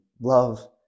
love